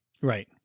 Right